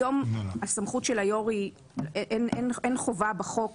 היום הסמכות של היו"ר אין חובה בחוק